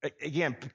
Again